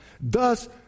Thus